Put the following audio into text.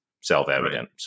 self-evident